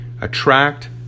attract